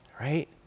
right